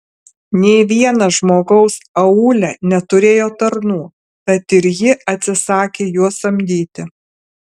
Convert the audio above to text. nė vienas žmogus aūle neturėjo tarnų tad ir ji atsisakė juos samdyti